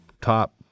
top